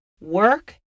work